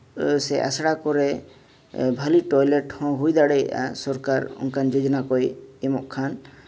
ᱥᱮ ᱟᱥᱲᱟ ᱠᱚᱨᱮᱜ ᱵᱷᱟᱹᱞᱤ ᱴᱚᱭᱞᱮᱴ ᱦᱚᱸ ᱦᱩᱭ ᱫᱟᱲᱮᱭᱟᱜᱼᱟ ᱥᱚᱨᱠᱟᱨ ᱚᱱᱠᱟᱱ ᱡᱳᱡᱽᱱᱟ ᱠᱚᱭ ᱮᱢᱚᱜ ᱠᱷᱟᱱ